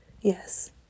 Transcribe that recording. Yes